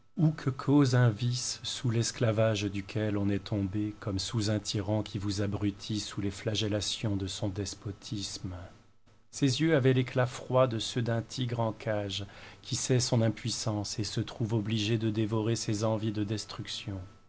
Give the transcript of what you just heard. un vice sous l'esclavage duquel on est tombé comme sous un tyran qui vous abrutit sous les flagellations de son despotisme ses yeux avaient l'éclat froid de ceux d'un tigre en cage qui sait son impuissance et se trouve obligé de dévorer ses envies de destruction